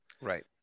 Right